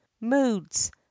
Moods